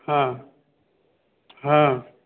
হ্যাঁ হ্যাঁ